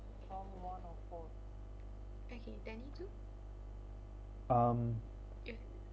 okay danny too um